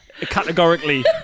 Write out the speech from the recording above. Categorically